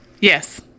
Yes